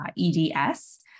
EDS